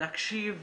להקשיב